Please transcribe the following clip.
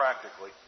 practically